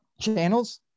channels